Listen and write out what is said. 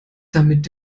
damit